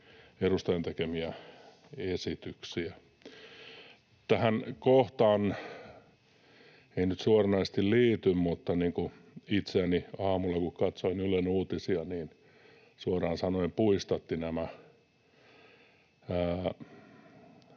edustajan tekemiä esityksiä. Tähän kohtaan ei nyt suoranaisesti liity, mutta itseäni aamulla, kun katsoin Ylen uutisia, suoraan sanoen puistattivat nämä